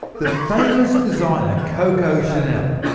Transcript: the famous designer, coco chanel,